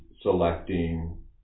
selecting